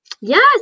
Yes